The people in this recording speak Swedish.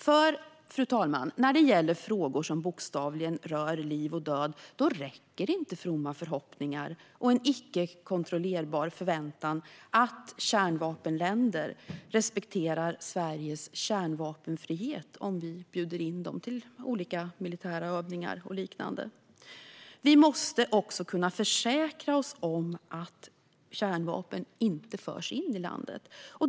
Fru talman! När det gäller frågor som bokstavligen rör liv och död räcker inte fromma förhoppningar och en icke kontrollerbar förväntan att kärnvapenländer respekterar Sveriges kärnvapenfrihet om vi bjuder in dem till olika militära övningar och liknande. Vi måste kunna försäkra oss om att kärnvapen inte förs in i landet.